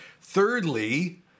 Thirdly